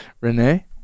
Renee